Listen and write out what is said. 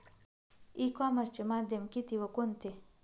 E कॉमर्सचे माध्यम किती व कोणते?